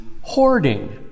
hoarding